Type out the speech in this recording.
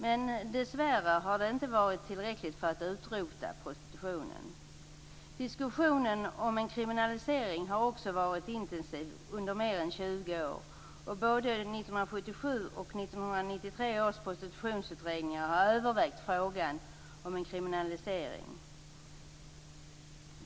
Men dessvärre har detta inte varit tillräckligt för att utrota prostitutionen. Diskussionen om en kriminalisering har också varit intensiv under mer än 20 år. Både 1977 och 1993 års prostitutionsutredningar har övervägt frågan om en kriminalisering.